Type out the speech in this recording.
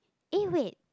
eh wait